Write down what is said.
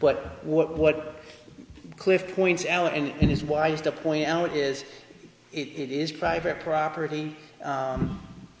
but what what cliff points out and it is wise to point out is it is private property